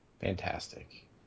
Fantastic